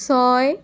ছয়